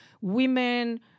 women